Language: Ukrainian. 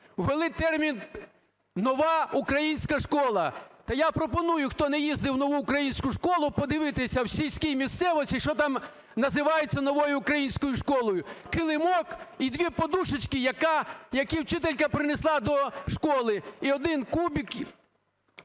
Ввели термін "Нова українська школа", та я пропоную, хто не їздив в "Нову українську школу", подивитися в сільській місцевості, що там називається "Новою українською школою" – килимок і дві подушечки, які вчителька принесла до школи, і один кубик,